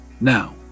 Now